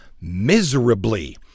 miserably